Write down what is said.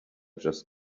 just